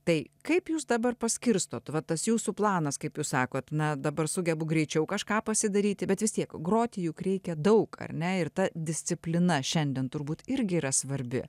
tai kaip jūs dabar paskirstot vat tas jūsų planas kaip jūs sakot na dabar sugebu greičiau kažką pasidaryti bet vis tiek groti juk reikia daug ar ne ir ta disciplina šiandien turbūt irgi yra svarbi